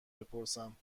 بپرسیم